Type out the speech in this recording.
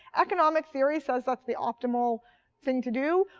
economic theory says that the optimal thing to do.